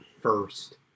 first